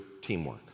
teamwork